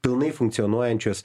pilnai funkcionuojančios